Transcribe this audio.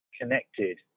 connected